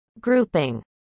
Grouping